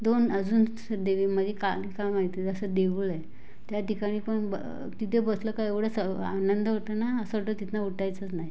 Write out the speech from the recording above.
दोन अजून स देवी म्हणजे कालिका मातेचं असं देऊळ आहे त्याठिकाणी पण ब तिथे बसलं का एवढा स आनंद होतो ना असं वाटतं तिथून उठायचंच नाही